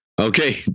Okay